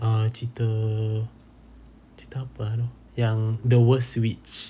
ah cerita cerita apa ah yang the worst witch